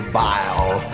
vile